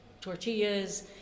tortillas